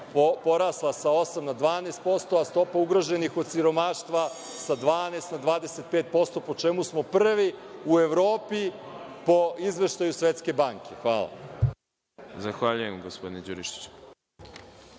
porasla sa 8 na 12%, a stopa ugroženih od siromaštva sa 12 na 25%, po čemu smo prvi u Evropi po izveštaju Svetske banke. Hvala. **Đorđe Milićević** Zahvaljujem, gospodine Đurišiću. Na